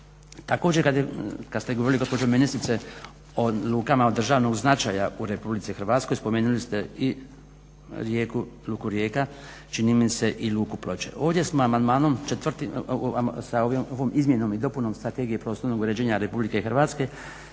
Također kad ste govorili gospođo ministrice o lukama od državnog značaj u Republici Hrvatskoj spomenuli ste i Luku Rijeka, čini mi se i Luku Ploče. Ovdje smo sa ovom izmjenom i dopune Strategije prostornog uređenja Republike Hrvatske